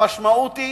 המשמעות היא